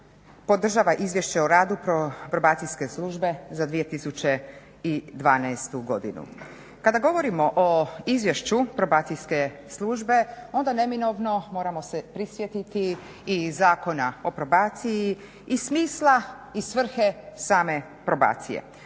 podržava Izvješće o radu Probacijske službe za 2012. godinu. Kada govorimo o Izvješću Probacijske službe onda neminovno moramo se prisjetiti i Zakona o probaciji i smisla i svrhe same probacije.